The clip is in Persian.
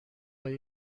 های